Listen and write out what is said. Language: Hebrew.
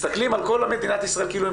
מסתכלים על כל המדינה בישראל כאילו הם